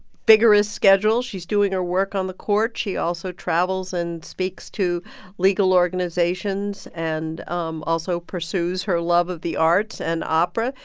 vigorous schedule. she's doing her work on the court. she also travels and speaks to legal organizations and um also pursues her love of the arts and opera.